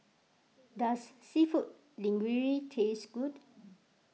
does Seafood Linguine taste good